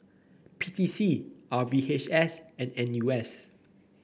P T C R V H S and N U S